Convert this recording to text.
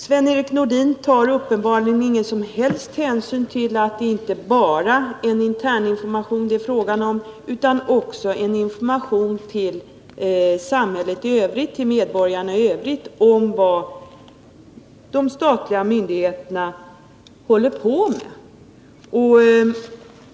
Sven-Erik Nordin tar uppenbarligen inga som helst hänsyn till att det inte är fråga om enbart en intern information utan också en information till samhället i övrigt, till medborgarna, om vad de statliga myndigheterna håller på med.